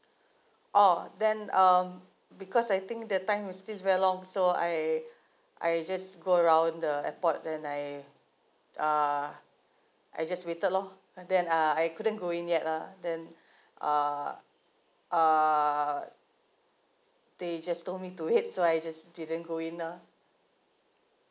oh then um because I think that time is still very long so I I just go around the airport then I uh I just waited lor and then ah I couldn't go in yet lah then uh they just told me to wait so I just didn't go in ah